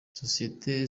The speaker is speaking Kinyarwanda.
sosiyete